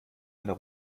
einer